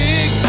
Big